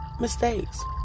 mistakes